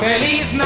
Feliz